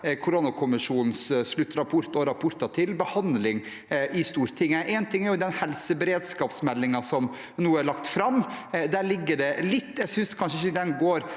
koronakommisjonens rapporter til behandling i Stortinget? En ting er jo den helseberedskapsmeldingen som nå er lagt fram. Der ligger det litt, men jeg synes kanskje ikke den går